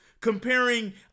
comparing